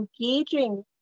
engaging